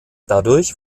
dadurch